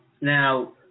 Now